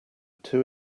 two